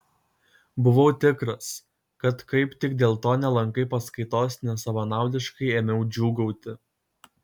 buvau tikras kad kaip tik dėl to nelankai paskaitos net savanaudiškai ėmiau džiūgauti